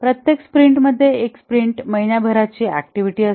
प्रत्येक स्प्रिंटमध्ये एक स्प्रिंट महिनाभराची ऍक्टिव्हिटी असते